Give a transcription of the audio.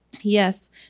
Yes